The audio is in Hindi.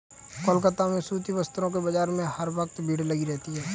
कोलकाता में सूती वस्त्रों के बाजार में हर वक्त भीड़ लगी रहती है